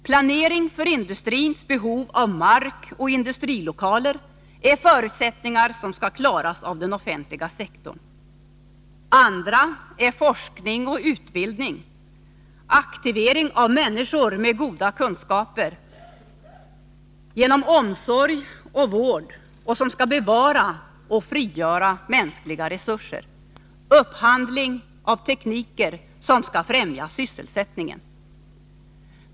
Planering för industrins behov av mark och industrilokaler är något som skall klaras av den offentliga sektorn. Annat är forskning och utbildning, aktivering av människor genom kunskaper, omsorg och vård som skall bevara och frigöra mänskliga resurser, upphandling av teknik som skall främja sysselsättningen.